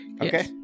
Okay